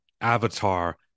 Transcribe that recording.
Avatar